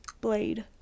Blade